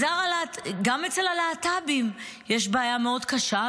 גם אצל הלהט"בים יש בעיה מאוד קשה,